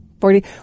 forty